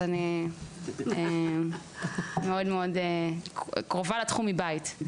אז אני מאוד מאוד קרובה לתחום מבית.